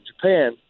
Japan